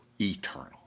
eternal